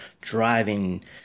driving